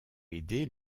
aidé